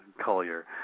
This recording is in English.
Collier